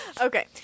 okay